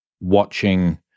watching